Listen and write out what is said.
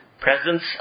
Presence